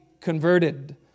converted